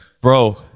bro